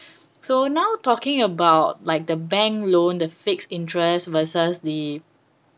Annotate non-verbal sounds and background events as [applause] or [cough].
[breath] so now talking about like the bank loan the fixed interest versus the